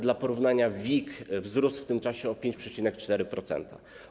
Dla porównania WIG wzrósł w tym czasie o 5,4%.